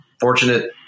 fortunate